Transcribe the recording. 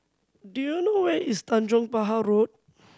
do you know where is Tanjong Pahar Road